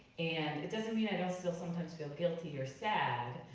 and it doesn't mean i don't still sometimes feel guilty or sad,